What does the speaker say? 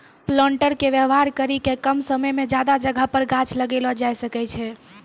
planter के वेवहार करी के कम समय मे ज्यादा जगह पर गाछ लगैलो जाय सकै छै